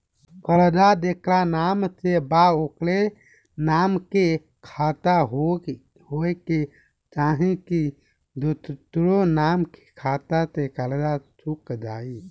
कर्जा जेकरा नाम से बा ओकरे नाम के खाता होए के चाही की दोस्रो आदमी के खाता से कर्जा चुक जाइ?